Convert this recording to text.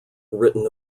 written